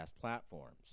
platforms